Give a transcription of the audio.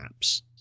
apps